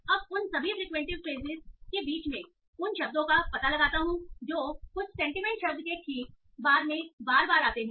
अब उन सभी फ्रिक्वेंट फ्रेसिस के बीच मैं उन शब्दों का पता लगाता हूं जो कुछ सेंटीमेंट शब्द के ठीक बाद बार बार आते हैं